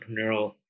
entrepreneurial